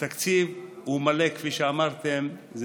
התקציב הוא מלא כפי שאמרתם,